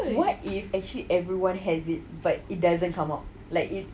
what if actually everyone has it but it doesn't come out like it